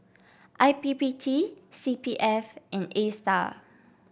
I P P T C P F and Astar